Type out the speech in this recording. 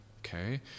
okay